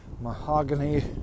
mahogany